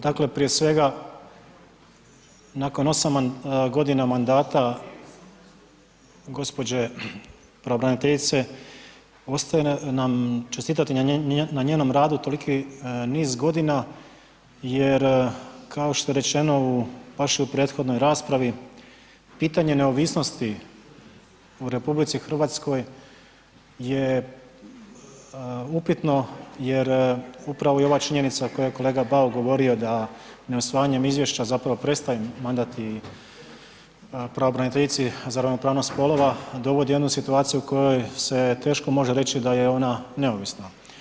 Dakle prije svega nakon 8 g. mandata gđe. pravobraniteljice, ostaje nam čestitati na njenom radu toliki niz godina jer kao što je rečeno u vašoj prethodnoj raspravi, pitanje neovisnosti u RH je upitno jer upravo i ova činjenica koju je kolega Bauk govorio da neusvajanjem izvješća zapravo prestaje mandat i pravobraniteljici za ravnopravnost spolova, dovodi u jednu situaciju u kojoj se teško može reći da je ona neovisna.